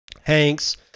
Hanks